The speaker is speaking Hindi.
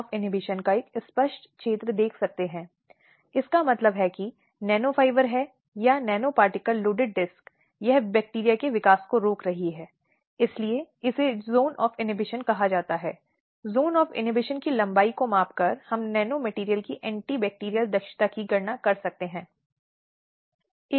अब उसी को आगे बढ़ाया जाना चाहिए या उस समय बढ़ाया जाना चाहिए जब वह अन्य लड़कियों या महिलाओं के लिए आता है जो प्रश्न में यौन हमलों या बलात्कार का शिकार हो जाती हैं